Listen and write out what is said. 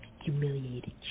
humiliated